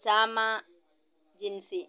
Achamma Jincy